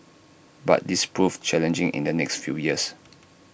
but this proved challenging in the next few years